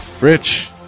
Rich